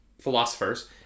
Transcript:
philosophers